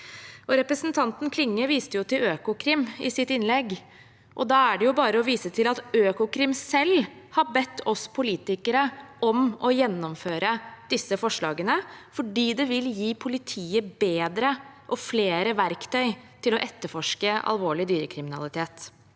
Re presentanten Klinge viste til Økokrim i sitt innlegg. Da er det bare å vise til at Økokrim selv har bedt oss politikere om å gjennomføre disse forslagene, fordi det vil gi politiet bedre og flere verktøy til å etterforske alvorlig dyrekriminalitet.